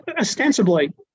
Ostensibly